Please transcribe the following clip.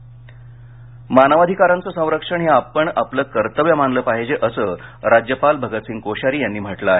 राज्यपाल मानवाधिकारांचं संरक्षण हे आपण आपलं कर्तव्य मानलं पाहिजे असं राज्यपाल भगतसिंग कोश्यारी यांनी म्हटलं आहे